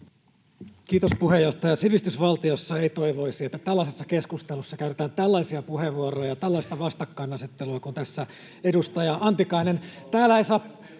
Kiitos, puheenjohtaja! Sivistysvaltiossa ei toivoisi, että tällaisessa keskustelussa käytetään tällaisia puheenvuoroja ja tällaista vastakkainasettelua kuin tässä edustaja Antikainen.